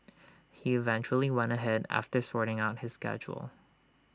he eventually went ahead after sorting out his schedule